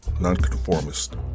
non-conformist